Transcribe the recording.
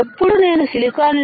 ఎప్పుడు నేను silicon silicon